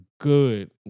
good